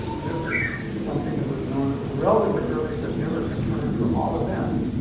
this is this is something that was known relatively early but never confirmed for all events.